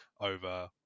over